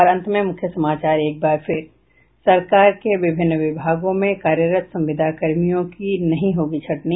और अब अंत में मुख्य समाचार सरकार के विभिन्न विभागों में कार्यरत संविदा कर्मियों की नहीं होगी छंटनी